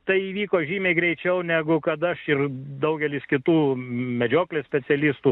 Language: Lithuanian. tai įvyko žymiai greičiau negu kad aš ir daugelis kitų medžioklės specialistų